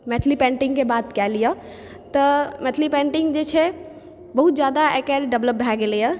मैथिली पेन्टिङ्गके बात कए लिऽ तऽ मैथिली पेन्टिङ्ग जे छै बहुत जादा आइकाल्हि डेवलप भए गेलैए